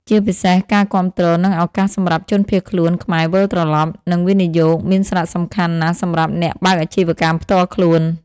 ជាពិសេសការគាំទ្រ និងឱកាសសម្រាប់ជនភៀសខ្លួនខ្មែរវិលត្រឡប់ និងវិនិយោគមានសារះសំខាន់ណាស់សម្រាប់អ្នកបើកអាជិវកម្មផ្ទាល់ខ្លួន។